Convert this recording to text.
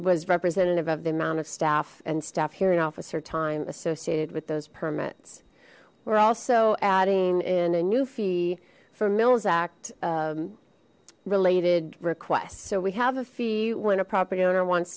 was representative of the amount of staff and staff here in officer time associated with those permits we're also adding in a new fee for mills act related request so we have a fee when a property owner wants